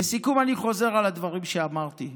לסיכום, אני חוזר על הדברים שאמרתי: